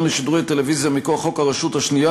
לשידורי טלוויזיה מכוח חוק הרשות השנייה,